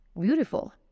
beautiful